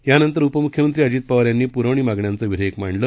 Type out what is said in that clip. यानंतरउपमुख्यमंत्रीअजितपवारयांनीपुरवणीमागण्यांचंविधेयकमांडलं